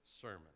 sermon